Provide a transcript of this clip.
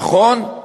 נכון,